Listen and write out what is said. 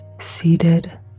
seated